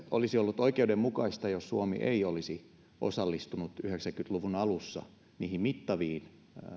olisi ollut oikeudenmukaista jos suomi ei olisi osallistunut yhdeksänkymmentä luvun alussa niihin mittaviin